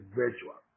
virtual